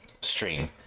stream